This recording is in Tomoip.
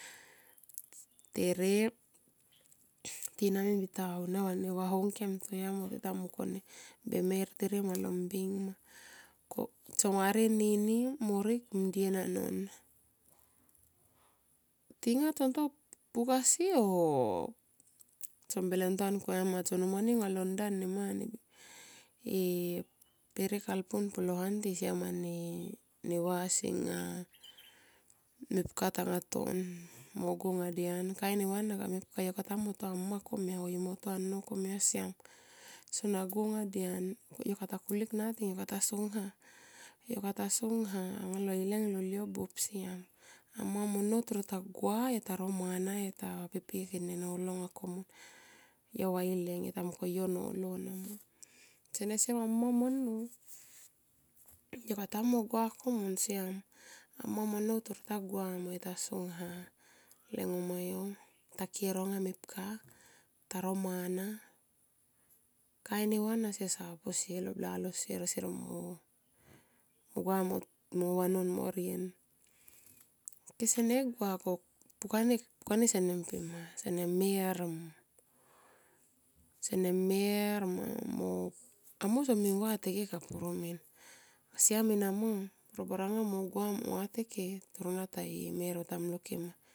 Tere tina min tiane unia vane vaho ngkem toya min mo tita mungokone be mer tere nga lo mbeng ma ko tsong varie anini morik mdien anon. Tinga tson to pukasi o tson belentuan komia nama tson numani alo ndan komia nama e herekalpun pulo huanti siaman ne neva singa mepka tanga ton mo go nga dian, kain neva anna kamepka, yokata mui mo to amma komia o yomo to a annou komia, siam sona go nga dian yokata kulik nating yokata so ngha anga lo ileng lol yo buop siam. Amma mo nnou toro gua yota ro mana yo pipi nolo anga komun yo vaileng yota mungkone yo nolo nama. Sene siam amma mo nnou yokata mui mo gua komun siam. Amma mo nnou toro ta gua mo yota ngha le ngoma yo ta ki eronga mepka taro mana kain neva ana sesa posie lo blalo sier mo gua mo vanon morien. Kesene gua pukani sene pi ma sene mer ma mo amo so ming vate ke kapuru min siam enama robaranga mo gua mo rateke toro na taye me mo ta mlo ke ma.